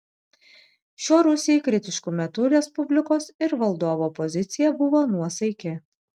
šiuo rusijai kritišku metu respublikos ir valdovo pozicija buvo nuosaiki